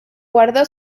guardó